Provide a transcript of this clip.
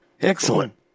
Excellent